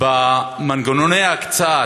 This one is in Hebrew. במנגנוני ההקצאה,